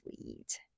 sweet